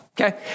Okay